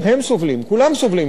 כולם